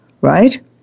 right